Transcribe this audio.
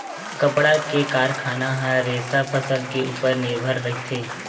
कपड़ा के कारखाना ह रेसा फसल के उपर निरभर रहिथे